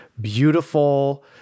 beautiful